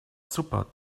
super